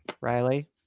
Riley